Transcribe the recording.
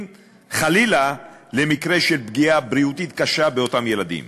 חלילה למקרה של פגיעה בריאותית קשה באותם ילדים.